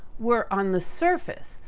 were on the surface,